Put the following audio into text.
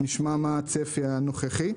נשמע מה הצפי הנוכחי.